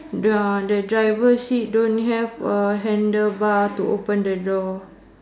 the driver seat don't have handlebar to open the door